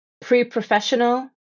pre-professional